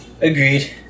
Agreed